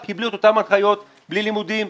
קיבלו את אותן הנחיות שאומרות בלי לימודים,